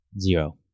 zero